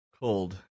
Cold